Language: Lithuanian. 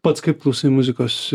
pats kaip klausai muzikos